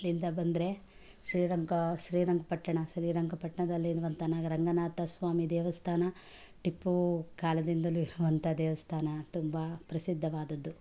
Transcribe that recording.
ಅಲ್ಲಿಂದ ಬಂದರೆ ಶ್ರೀರಂಗ ಶ್ರೀರಂಗಪಟ್ಟಣ ಶ್ರೀರಂಗಪಟ್ಟಣದಲ್ಲಿರುವಂಥ ರಂಗನಾಥ ಸ್ವಾಮಿ ದೇವಸ್ಥಾನ ಟಿಪ್ಪು ಕಾಲದಿಂದಲೂ ಇರುವಂಥ ದೇವಸ್ಥಾನ ತುಂಬ ಪ್ರಸಿದ್ಧವಾದದ್ದು